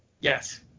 Yes